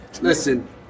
Listen